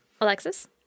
Alexis